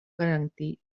garantir